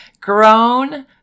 Grown